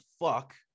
fuck